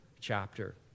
chapter